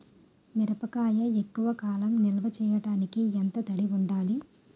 మిరపకాయ ఎక్కువ కాలం నిల్వ చేయటానికి ఎంత తడి ఉండాలి?